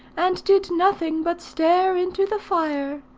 and did nothing but stare into the fire.